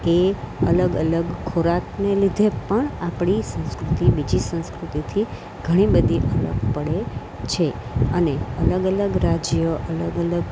તો એ અલગ અલગ ખોરાકને લીધે પણ આપણી સંસ્કૃતિ બીજી સંસ્કૃતિથી ઘણી બધી અલગ પડે છે અને અલગ અલગ રાજ્ય અલગ અલગ